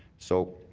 so,